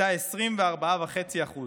הייתה 24.5%